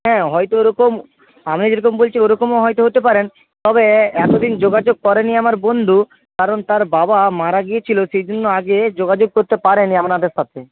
হ্যাঁ হয়তো এরকম আমি যেরকম বলছি ওইরকমও হয়তো হতে পারে তবে এতদিন যোগাযোগ করেনি আমার বন্ধু কারণ তার বাবা মারা গিয়েছিলো সেই জন্য আগে যোগাযোগ করতে পারে নি আপনাদের সাথে